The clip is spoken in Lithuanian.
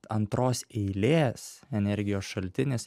antros eilės energijos šaltinis